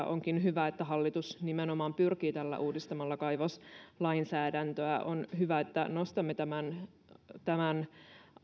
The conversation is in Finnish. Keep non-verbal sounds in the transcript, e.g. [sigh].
[unintelligible] onkin hyvä että hallitus nimenomaan pyrkii tähän uudistamalla kaivoslainsäädäntöä on hyvä että nostamme tämän tämän